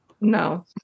No